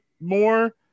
more